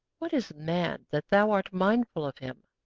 what is man, that thou art mindful of him?